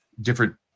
different